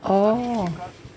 orh